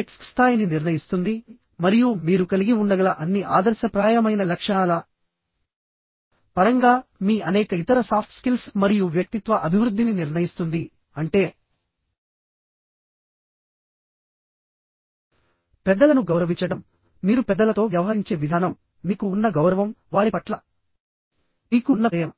EQ SQ స్థాయిని నిర్ణయిస్తుంది మరియు మీరు కలిగి ఉండగల అన్ని ఆదర్శప్రాయమైన లక్షణాల పరంగా మీ అనేక ఇతర సాఫ్ట్ స్కిల్స్ మరియు వ్యక్తిత్వ అభివృద్ధిని నిర్ణయిస్తుందిఅంటే పెద్దలను గౌరవించడంమీరు పెద్దలతో వ్యవహరించే విధానం మీకు ఉన్న గౌరవం వారి పట్ల మీకు ఉన్న ప్రేమ